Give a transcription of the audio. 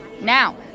Now